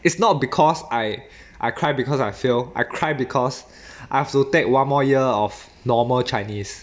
it's not because I I cry because I failed I cried because I have to take one more year of normal chinese